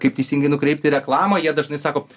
kaip teisingai nukreipti reklamą jie dažnai sako